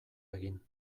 egin